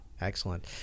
excellent